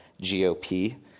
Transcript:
GOP